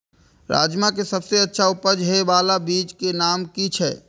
राजमा के सबसे अच्छा उपज हे वाला बीज के नाम की छे?